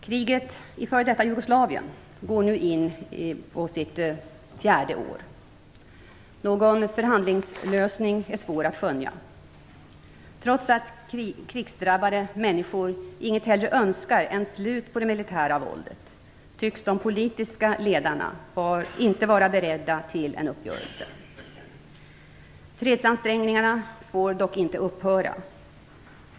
Kriget i f.d. Jugoslavien går nu in på sitt fjärde år. Någon förhandlingslösning är svår att skönja. Trots att krigsdrabbade människor inget hellre önskar än slut på det militära våldet tycks de politiska ledarna inte vara beredda till en uppgörelse. Fredsansträngningarna får dock inte upphöra.